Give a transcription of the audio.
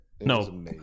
no